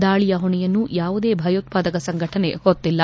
ದಾಳಿಯ ಹೊಣೆಯನ್ನು ಯಾವುದೇ ಭಯೋತ್ವಾದಕ ಸಂಘಟನೆ ಹೊತ್ತಿಲ್ಲ